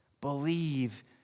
believe